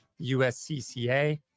USCCA